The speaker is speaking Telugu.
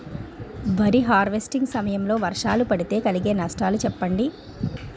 వరి హార్వెస్టింగ్ సమయం లో వర్షాలు పడితే కలిగే నష్టాలు చెప్పండి?